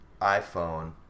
iPhone